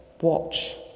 Watch